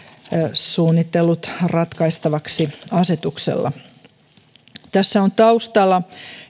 suunnitellut ratkaistavaksi asetuksella tässä on taustalla